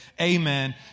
Amen